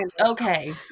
okay